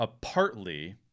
partly